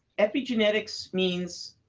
epigenetics means